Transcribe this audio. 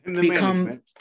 become